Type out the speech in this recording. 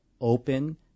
open